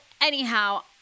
anyhow